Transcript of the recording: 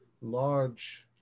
large